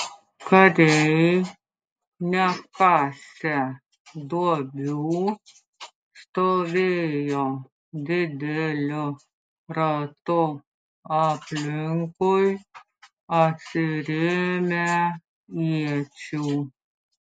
kariai nekasę duobių stovėjo dideliu ratu aplinkui atsirėmę iečių